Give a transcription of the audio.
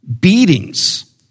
beatings